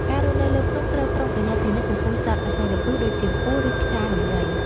ការរស់នៅលើភ្នំត្រូវប្រុងប្រយ័ត្នជានិច្ចចំពោះសត្វអាសិរពិសដូចជា ពស់ ឬខ្យាដំរី។